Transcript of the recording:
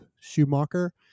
Schumacher